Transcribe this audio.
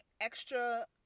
extra